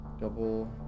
Double